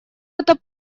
это